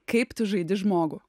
kaip tu žaidi žmogų